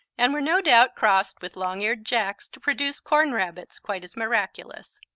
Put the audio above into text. and were no doubt crossed with long-eared jacks to produce corn rabbits quite as miraculous.